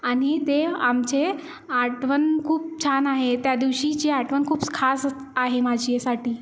आणि ते आमचे आठवण खूप छान आहे त्यादिवशीची आठवण खूप खास आहे माझ्यासाठी